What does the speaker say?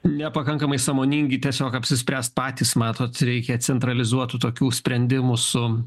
nepakankamai sąmoningi tiesiog apsispręst patys matot reikia centralizuotų tokių sprendimų su